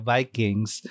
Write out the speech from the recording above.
Vikings